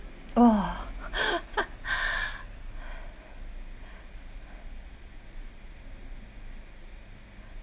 !wah!